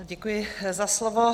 Děkuji za slovo.